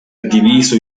diviso